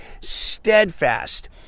steadfast